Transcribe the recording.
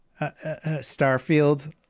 Starfield